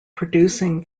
producing